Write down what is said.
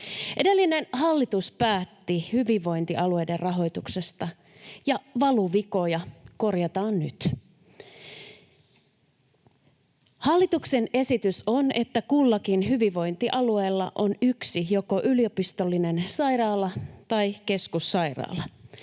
Edellinen hallitus päätti hyvinvointialueiden rahoituksesta, ja valuvikoja korjataan nyt. Hallituksen esitys on, että kullakin hyvinvointialueella on yksi joko yliopistollinen sairaala tai keskussairaala.